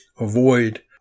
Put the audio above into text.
avoid